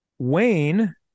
Wayne